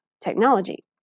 technology